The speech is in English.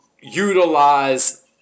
utilize